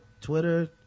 Twitter